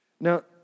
Now